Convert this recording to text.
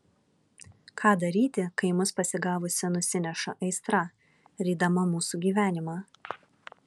ką daryti kai mus pasigavusi nusineša aistra rydama mūsų gyvenimą